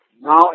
Now